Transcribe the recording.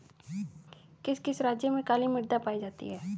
किस किस राज्य में काली मृदा पाई जाती है?